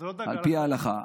על פי ההלכה.